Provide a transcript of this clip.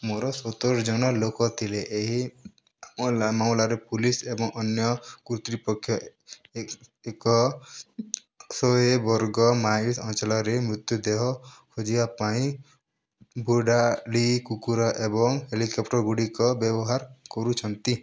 ମୋର ସତୁରି ଜଣ ଲୋକ ଥିଲେ ଏହି ମାମଲାରେ ପୁଲିସ୍ ଏବଂ ଅନ୍ୟ କର୍ତ୍ତୃପକ୍ଷ ଏକ ଶହେ ବର୍ଗ ମାଇଲ୍ ଅଞ୍ଚଳରେ ମୃତଦେହ ଖୋଜିବା ପାଇଁ ବୁଡ଼ାଳି କୁକୁର ଏବଂ ହେଲିକପ୍ଟର୍ଗୁଡ଼ିକ ବ୍ୟବହାର କରୁଛନ୍ତି